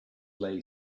lay